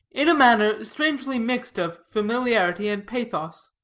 in a manner strangely mixed of familiarity and pathos.